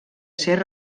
ser